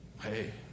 Hey